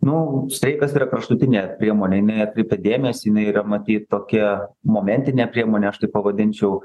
nu streikas yra kraštutinė priemonė jinai atkreipia dėmesį jinai yra matyt tokia momentinė priemonė aš taip pavadinčiau